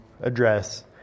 address